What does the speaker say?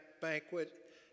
banquet